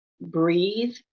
breathe